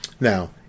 Now